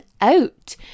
out